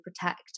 protect